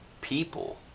people